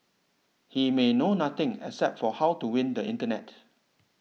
he may know nothing except for how to win the internet